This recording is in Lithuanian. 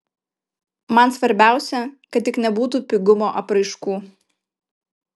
man svarbiausia kad tik nebūtų pigumo apraiškų